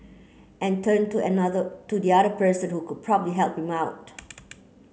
and turn to another to the other person who could probably help him out